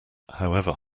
however